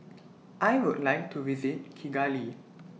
I Would like to visit Kigali